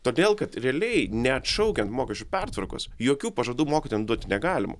todėl kad realiai neatšaukiant mokesčių pertvarkos jokių pažadų mokytojam duoti negalima